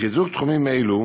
בחיזוק תחומים אלו